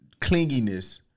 clinginess